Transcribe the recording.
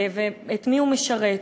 ואת מי הוא משרת?